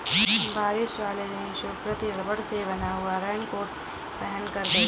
बारिश वाले दिन सुकृति रबड़ से बना हुआ रेनकोट पहनकर गई